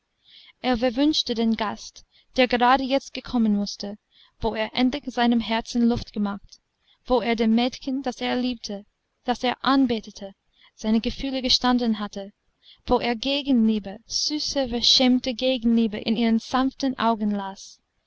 er verwünschte den gast der gerade jetzt kommen mußte wo er endlich seinem herzen luft gemacht wo er dem mädchen das er liebte das er anbetete seine gefühle gestanden hatte wo er gegenliebe süße verschämte gegenliebe in ihren sanften augen las